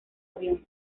avión